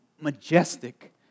majestic